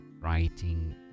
writing